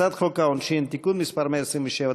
הצעת חוק העונשין (תיקון מס' 127),